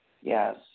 Yes